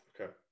okay